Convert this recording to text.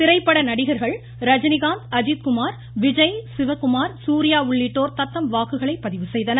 திரைப்பட நடிகர்கள் ரஜினிகாந்த் அஜித்குமார் விஜய் சிவக்குமார் சூர்யா உள்ளிட்டோர் தத்தம் வாக்குகளை பதிவு செய்தனர்